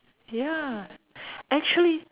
ya actually